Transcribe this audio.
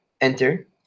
enter